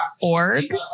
org